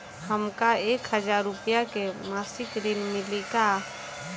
हमका एक हज़ार रूपया के मासिक ऋण मिली का?